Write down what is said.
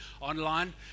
online